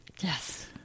Yes